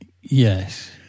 Yes